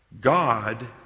God